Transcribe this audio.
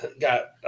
got